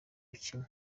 akina